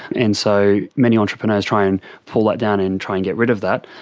and so many entrepreneurs try and pull that down and try and get rid of that.